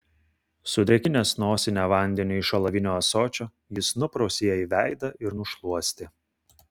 sudrėkinęs nosinę vandeniu iš alavinio ąsočio jis nuprausė jai veidą ir nušluostė